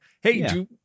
Hey